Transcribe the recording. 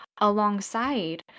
alongside